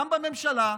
גם בממשלה,